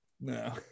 No